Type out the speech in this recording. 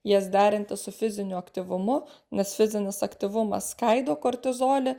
jas derinti su fiziniu aktyvumu nes fizinis aktyvumas skaido kortizolį